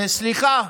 סליחה,